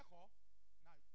Now